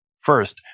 First